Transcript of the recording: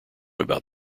about